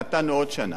נתנו עוד שנה.